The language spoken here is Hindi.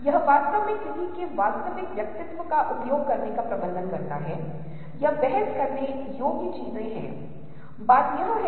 यह लॉ आफ गुड नेचर के रूप में जाना जाता है और यह प्रवृत्ति इसमें बहुत कुछ करने की कोशिश कर रही है